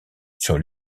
sur